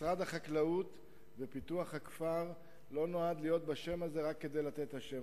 משרד החקלאות ופיתוח הכפר לא נועד להיות בשם הזה רק כדי לתת את השם.